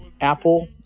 apple